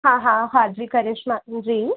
हा हा हा जी करिश्मा जी